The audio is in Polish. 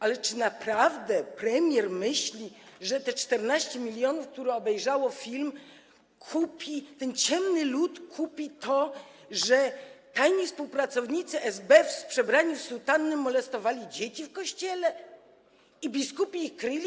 Ale czy naprawdę premier myśli, że te 14 mln, które obejrzało film, ten ciemny lud kupi to, że tajni współpracownicy SB przebrani w sutanny molestowali dzieci w Kościele i biskupi ich kryli?